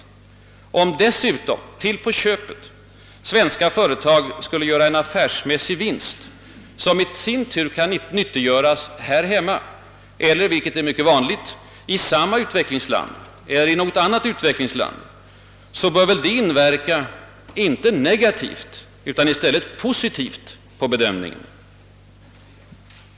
Om dessutom till på köpet svenska företag skulle göra en affärsmässig vinst som i sin tur kan nyttiggöras här hemma eller — vilket är mycket vanligt — i samma eller inom ett annat utvecklingsland, så bör väl det inverka inte negativt utan i stället positivt på bedömningen.